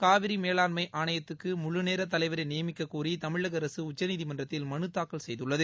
காவிரி மேலாண்மை ஆணையத்துக்கு முழுநேர தலைவரை நியமிக்கக்கோரி தமிழக அரசு உச்சநீதிமன்றத்தில் மனு தாக்கல் செய்துள்ளது